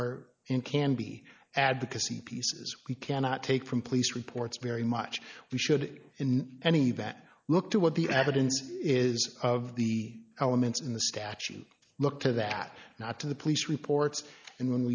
are and can be advocacy pieces we cannot take from police reports very much we should in any that look to what the evidence is of the elements in the statute look to that not to the police reports and when